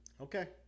Okay